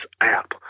app